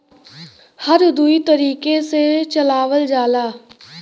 हर दुई तरीके से चलावल जाला